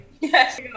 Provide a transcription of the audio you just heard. Yes